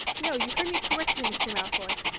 no, you heard me correctly, mr. malfoy.